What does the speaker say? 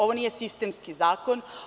Ovo nije sistemski zakon.